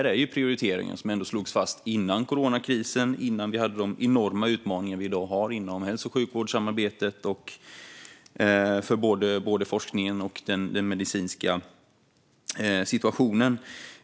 Det här är prioriteringar som slogs fast innan coronakrisen kom och innan vi hade de enorma utmaningar vi i dag har inom hälso och sjukvårdssamarbetet och för både forskningen och den medicinska situationen.